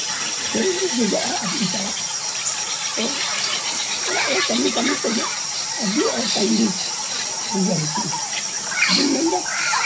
ᱴᱨᱮ ᱱ ᱨᱤᱧ ᱫᱮᱡᱚᱜᱼᱟ ᱟᱨᱤᱧ ᱪᱟᱞᱟᱜᱼᱟ ᱛᱚ ᱚᱲᱟᱜ ᱨᱮ ᱠᱟᱹᱢᱤ ᱠᱟᱹᱢᱤ ᱛᱮᱜᱮ ᱟᱹᱰᱤ ᱚᱴᱟᱭᱤᱢ ᱦᱩᱭᱮᱱ ᱛᱤᱧᱟ ᱟᱫᱚᱧ ᱢᱮᱱᱫᱟ